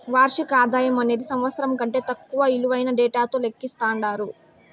వార్షిక ఆదాయమనేది సంవత్సరం కంటే తక్కువ ఇలువైన డేటాతో లెక్కిస్తండారు